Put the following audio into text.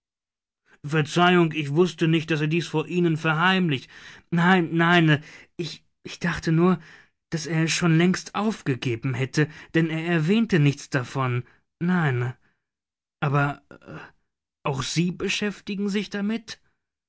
verzeihung ich wußte nicht daß er dies vor ihnen verheimlicht nein nein ich dachte nur daß er es schon längst aufgegeben hätte denn er erwähnte nichts davon nein aber auch sie beschäftigen sich damit